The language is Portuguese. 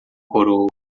coroa